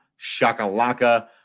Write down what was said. shakalaka